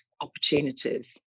opportunities